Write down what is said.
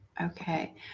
Okay